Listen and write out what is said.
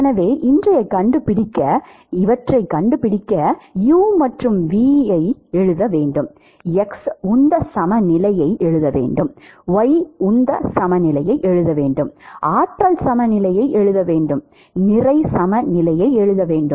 எனவே இவற்றைக் கண்டுபிடிக்க u மற்றும் v க்கு எழுத வேண்டும் X உந்த சமநிலையை எழுத வேண்டும் Y உந்த சமநிலையை எழுத வேண்டும் ஆற்றல் சமநிலையை எழுத வேண்டும் நிறை சமநிலையை எழுத வேண்டும்